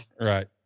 Right